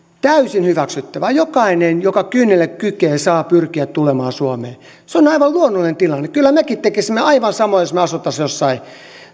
täysin hyväksyttävää jokainen joka kynnelle kykenee saa pyrkiä tulemaan suomeen se on aivan luonnollinen tilanne kyllä mekin tekisimme aivan samoin jos me asuisimme jossain